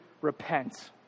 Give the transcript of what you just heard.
repent